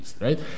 Right